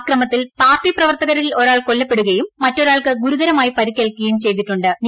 അക്രമത്തിൽ പാർട്ടി പ്രവർത്തകരിൽ ഒരാൾ കൊല്ലപ്പെടുകയും മറ്റൊരാൾക്ക് ഗുരുതരമായി പരിക്കേൽക്കുകയും ചെയ്തിട്ടു്